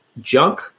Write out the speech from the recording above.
junk